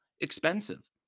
expensive